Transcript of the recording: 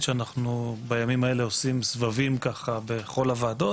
שאנחנו בימים האלה עושים סבבים בכל הוועדות,